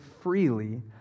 freely